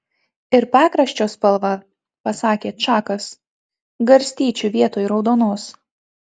ir pakraščio spalva pasakė čakas garstyčių vietoj raudonos